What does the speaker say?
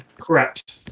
Correct